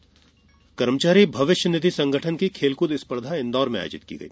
खेलकूद कर्मचारी भविष्य निधि संगठन की खेलकूद स्पर्धा इन्दौर में आयोजित की गई